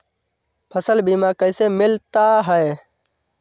फसल बीमा कैसे मिलता है?